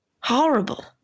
Horrible